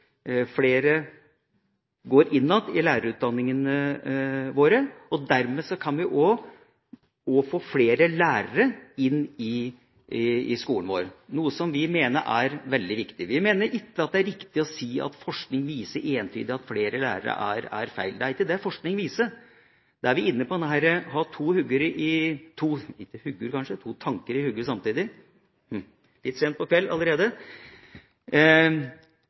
flere går inn igjen i lærerutdanningene våre. Dermed kan vi også få flere lærere inn i skolen vår, noe vi mener er veldig viktig. Vi mener ikke at det er riktig å si at forskning viser entydig at flere lærere er feil. Det er ikke det forskning viser. Da er vi inne på dette med å ha to tanker i hodet samtidig. Vi må se på